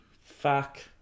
fuck